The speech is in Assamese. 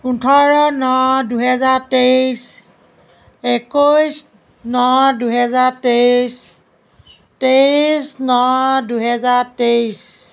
ওঠৰ ন দুহেজাৰ তেইছ একৈছ ন দুহেজাৰ তেইছ তেইছ ন দুহেজাৰ তেইছ